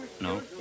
no